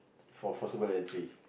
for forcible entry